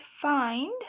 find